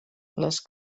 les